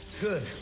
Good